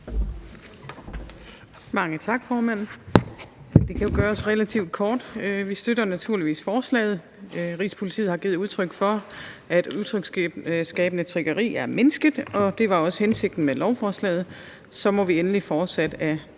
Mange tak, formand. Det kan jo gøres relativt kort. Vi støtter naturligvis forslaget. Rigspolitiet har givet udtryk for, at utryghedsskabende tiggeri er mindsket, og det var også hensigten med lovforslaget. Så må vi endelig fortsætte ad